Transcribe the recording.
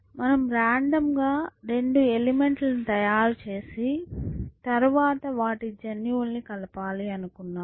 మనము రాండమ్ గా రెండు ఎలిమెంట్ లను తయారు చేసి తరువాత వాటి జన్యువులను కలపాలని అనుకున్నాము